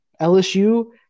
LSU